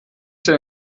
sie